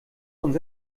uns